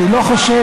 אני לא חושב,